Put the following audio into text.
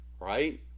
right